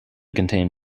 contain